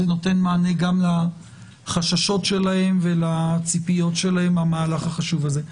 נותן מענה גם לחששות שלהם ולציפיות שלהם מן המהלך החשוב הזה.